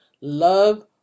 Love